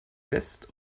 west